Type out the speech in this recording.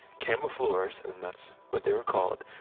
camofleurs and that's what they're called,